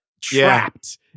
trapped